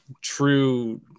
true